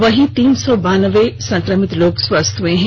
वहीं तीन सौ बिरानबे संक्रमित लोग स्वस्थ हो चुके हैं